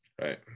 right